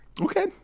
Okay